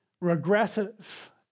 regressive